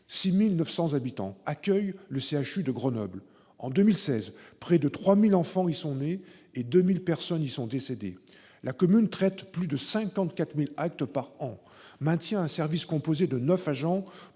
hospitalier universitaire de Grenoble. En 2016, près de 3 000 enfants y sont nés et 2 000 personnes y sont décédées. La mairie traite plus de 54 000 actes par an, maintient un service composé de 9 agents,